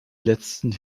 letzten